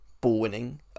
ball-winning